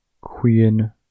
Queen